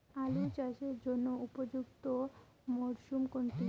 আলু চাষের জন্য উপযুক্ত মরশুম কোনটি?